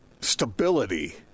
stability